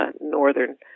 northern